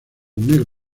negros